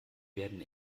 werden